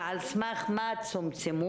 ועל סמך מה הן צומצמו,